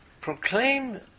Proclaim